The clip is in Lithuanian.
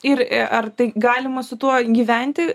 ir ar tai galima su tuo gyventi